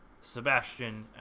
Sebastian